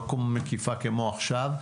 לא מקיפה כמו עכשיו,